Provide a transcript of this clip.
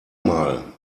mal